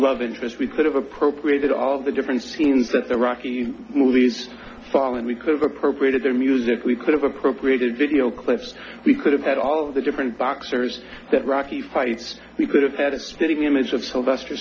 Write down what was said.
love interest we could have appropriated all the different scenes that the rocky movies fall and we could've appropriated their music we could've appropriated video clips we could have had all of the different boxers that rocky fights we could have had a spitting image of sylvester